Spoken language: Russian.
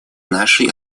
нашей